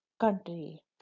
country